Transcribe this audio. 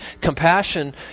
compassion